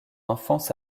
enfance